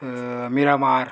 Miramar